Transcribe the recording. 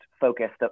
focused